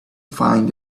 find